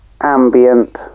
Ambient